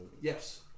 Yes